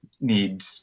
need